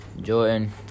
Jordan